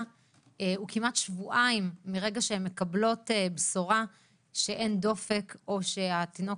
הוא כמעט שבועיים מרגע שהן מקבלות בשורה שאין דופק או שהתינוק